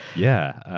yeah.